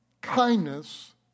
kindness